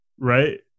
right